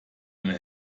eine